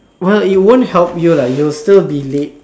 well it won't help you lah you'll still be late